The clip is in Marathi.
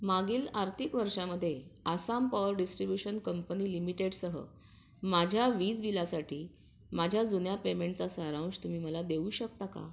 मागील आर्थिक वर्षामध्ये आसाम पॉवर डिस्ट्रिब्यूशन कंपनी लिमिटेडसह माझ्या वीज बिलासाठी माझ्या जुन्या पेमेंटचा सारांंश तुम्ही मला देऊ शकता का